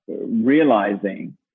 realizing